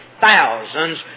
thousands